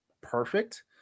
perfect